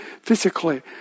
physically